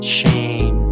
shame